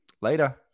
Later